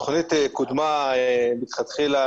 התכנית קודמה מלכתחילה,